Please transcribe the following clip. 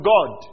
God